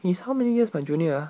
is how many years my junior ah